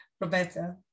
Roberta